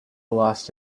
lost